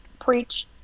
Preach